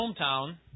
hometown